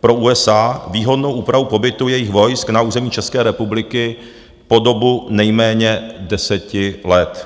pro USA výhodné úpravě pobytu jejich vojsk na území České republiky po dobu nejméně 10 let.